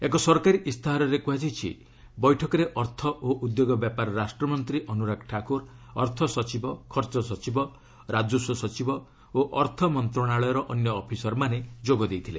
ଏକ ସରକାରୀ ଇସ୍ତାହାରରେ କୁହାଯାଇଛି ବୈଠକରେ ଅର୍ଥ ଓ ଉଦ୍ୟୋଗ ବ୍ୟାପାର ରାଷ୍ଟ୍ର ମନ୍ତ୍ରୀ ଅନୁରାଗ ଠାକୁର ଅର୍ଥ ସଚିବ ଖର୍ଚ୍ଚ ସଚିବ ରାଜସ୍ୱ ସଚିବ ଓ ଅର୍ଥ ମନ୍ତ୍ରଣାଳୟର ଅନ୍ୟ ଅଫିସରମାନେ ଯୋଗ ଦେଇଥିଲେ